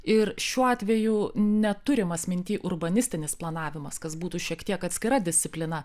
ir šiuo atveju neturimas minty urbanistinis planavimas kas būtų šiek tiek atskira disciplina